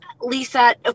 Lisa